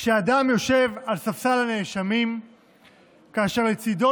כשאדם יושב על ספסל הנאשמים כאשר לצידו